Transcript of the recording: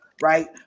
right